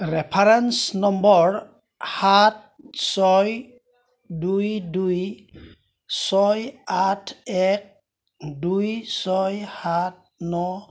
reference number সাত ছয় দুই দুই ছয় আঠ এক দুই ছয় সাত ন